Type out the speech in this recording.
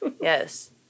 Yes